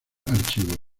archivo